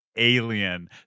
alien